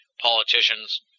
politicians